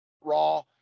raw